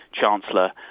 Chancellor